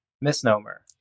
misnomer